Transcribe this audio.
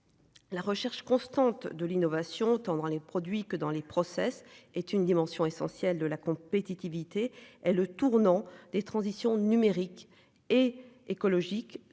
La recherche constante de l'innovation tant dans les produits que dans les process est une dimension essentielle de la compétitivité est le tournant des transitions numérique et écologique